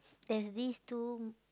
there's this two